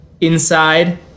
inside